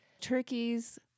turkeys